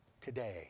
today